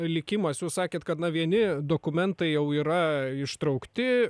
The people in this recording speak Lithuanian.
likimas jūs sakėt kad na vieni dokumentai jau yra ištraukti